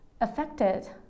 affected